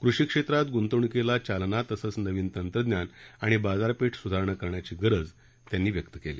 कृषी क्षेत्रात गुंतवणुकीला चालना तसंच नवीन तंत्रज्ञान आणि बाजारपेठ सुधारणा करण्याची गरज त्यांनी व्यक्त केली